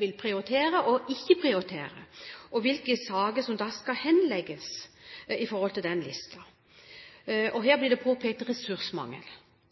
vil prioritere og ikke prioritere, og hvilke saker som skal henlegges, ut fra den listen. Her blir det påpekt ressursmangel. Etter mitt skjønn er det en politimesters ansvar og